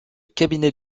cabinet